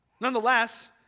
Nonetheless